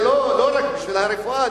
זה גם פוליטי, וגם מדעית זה טוב בשבילם.